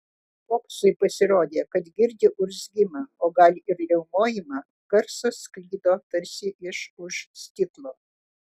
popsui pasirodė kad girdi urzgimą o gal ir riaumojimą garsas sklido tarsi iš už stiklo